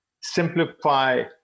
simplify